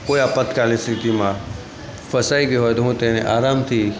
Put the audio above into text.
કોઈ આપાતકાલીન સ્થિતિમાં ફસાઈ ગયો હોય તો હું તેને આરામથી